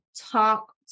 talk